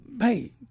Hey